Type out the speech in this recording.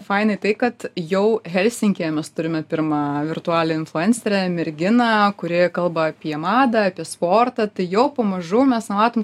fainai tai kad jau helsinkyje mes turime pirmą virtualią influencerę merginą kuri kalba apie madą apie sportą tai jau pamažu mes matom